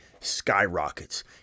skyrockets